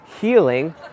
healing